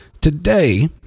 today